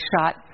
shot